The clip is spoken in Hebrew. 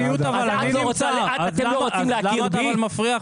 אתם לא רוצים להכיר בי?